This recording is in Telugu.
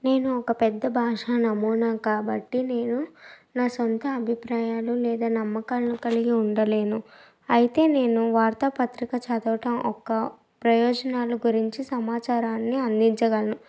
నేను ఒక పెద్ద భాష నమూనా కాబట్టి నేను నా సొంత అభిప్రాయాలు లేదా నమ్మకాలను కలిగి ఉండలేను అయితే నేను వార్తాపత్రిక చదవటం ఒక ప్రయోజనాలు గురించి సమాచారాన్ని అందించగలను